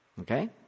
Okay